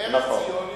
ציון וירושלים.